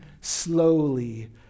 slowly